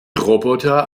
roboter